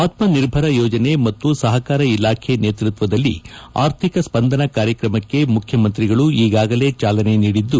ಆತ್ಮನಿರ್ಭರ ಯೋಜನೆ ಮತ್ತು ಸಹಕಾರ ಇಲಾಖೆ ನೇತೃತ್ವದಲ್ಲಿ ಆರ್ಥಿಕ ಸ್ಪಂದನ ಕಾರ್ಯಕ್ರಮಕ್ಕೆ ಮುಖ್ಯಮಂತ್ರಿಗಳು ಈಗಾಗಲೇ ಚಾಲನೆ ನೀಡಿದ್ದು